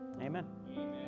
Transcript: amen